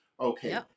Okay